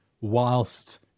whilst